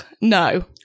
no